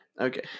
Okay